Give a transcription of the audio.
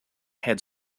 had